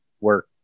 work